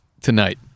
tonight